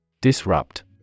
Disrupt